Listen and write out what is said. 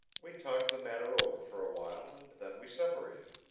we talked the matter over for a while and then we separated.